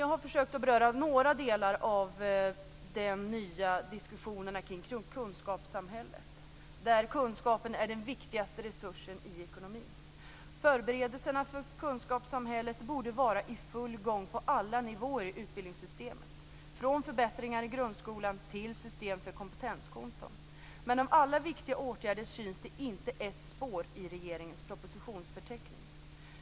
Jag har försökt beröra några delar av de nya diskussionerna kring kunskapssamhället, där kunskapen är den viktigaste resursen i ekonomin. Förberedelserna för kunskapssamhället borde vara i full gång på alla nivåer i utbildningssystemet, från förbättringar i grundskolan till system för kompetenskonton. Men av alla viktiga åtgärder syns det inte ett spår i regeringens propositionsförteckning.